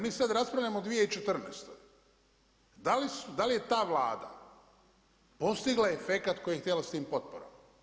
Mi sada raspravljamo o 2014., da li je ta vlada postigla egekat koji je htjela s tim potporama?